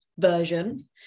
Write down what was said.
version